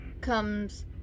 comes